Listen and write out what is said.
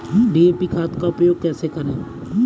DAP खाद का उपयोग कैसे करें?